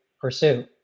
pursue